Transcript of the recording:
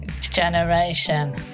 generation